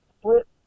split